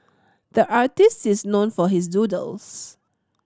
the artist is known for his doodles